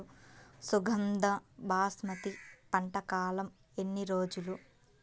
సుగంధ బాస్మతి పంట కాలం ఎన్ని రోజులు?